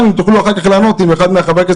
אם תוכלו אחר כך לענות אם אחד מחברי הכנסת